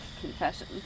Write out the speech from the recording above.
confession